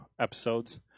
episodes